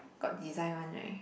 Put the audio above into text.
got design one right